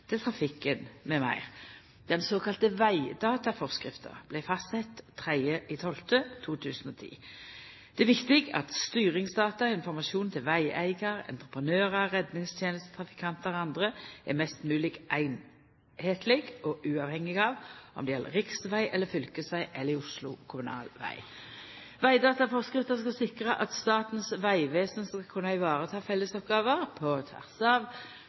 veg, trafikken m.m., den såkalla vegdataforskrifta, vart fastsett 3. desember 2010. Det er viktig at styringsdata og informasjon til vegeigar, entreprenørar, redningsteneste, trafikantar og andre er mest mogleg einskapleg og uavhengig av om det gjeld riksveg eller fylkesveg – eller i Oslo kommunal veg. Vegdataforskrifta skal sikra at Statens vegvesen skal kunna vareta fellesoppgåver på tvers av